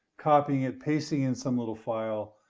copying it, pasting in some little file,